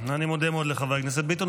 אני מודה מאוד לחבר הכנסת ביטון,